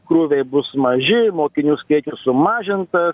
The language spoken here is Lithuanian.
krūviai bus maži mokinių skaičius sumažintas